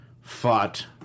fought